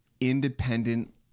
independent